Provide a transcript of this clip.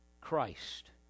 Christ